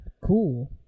cool